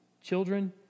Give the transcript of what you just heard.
children